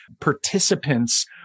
participants